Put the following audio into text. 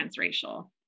transracial